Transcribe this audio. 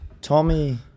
Tommy